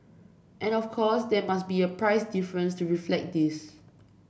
and of course there are must be a price difference to reflect this